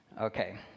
Okay